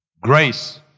Grace